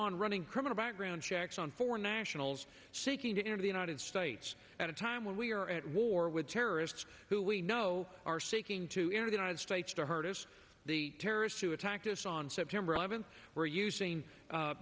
on running criminal background checks on foreign nationals seeking to enter the united states at a time when we are at war with terrorists who we know are seeking to enter the united states to hurt us the terrorists who attacked us on september eleventh were using